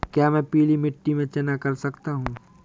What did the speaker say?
क्या मैं पीली मिट्टी में चना कर सकता हूँ?